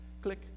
Click